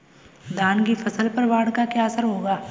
धान की फसल पर बाढ़ का क्या असर होगा?